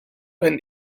when